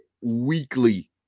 weekly